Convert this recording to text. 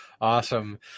Awesome